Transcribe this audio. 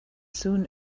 soon